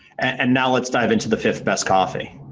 and now let's dive into the fifth best coffee.